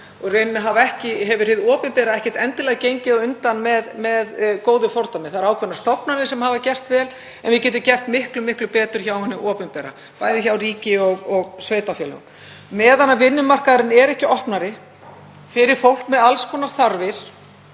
Í rauninni hefur hið opinbera ekkert endilega gengið á undan með góðu fordæmi. Það eru ákveðnar stofnanir sem hafa gert vel en við getum gert miklu betur hjá hinu opinbera, bæði hjá ríki og sveitarfélögum. Meðan vinnumarkaðurinn er ekki opnari fyrir fólk með alls konar þarfir,